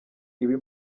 ibi